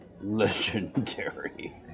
Legendary